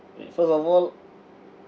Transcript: first of all